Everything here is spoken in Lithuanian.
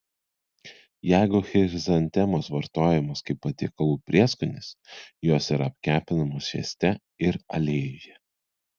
jeigu chrizantemos vartojamos kaip patiekalų prieskonis jos yra apkepinamos svieste ir aliejuje